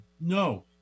no